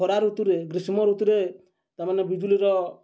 ଖରା ଋତୁରେ ଗ୍ରୀଷ୍ମ ଋତୁରେ ତାମାନେ ବିଜୁଳିର